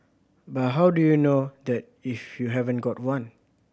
but how do you know that if you haven't got one